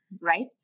right